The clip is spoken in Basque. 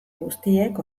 guztiek